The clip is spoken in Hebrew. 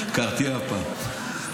קרטיה הפעם.